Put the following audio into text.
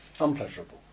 unpleasurable